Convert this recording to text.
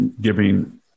giving